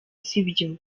sibyo